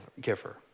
giver